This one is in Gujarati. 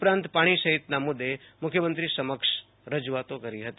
ઉપરાંત પાણી સહિતના મુદ્દે મુખ્યમંત્રીની સમક્ષ રજૂઆત કરી હતી